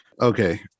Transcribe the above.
Okay